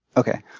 okay.